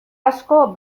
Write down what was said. asko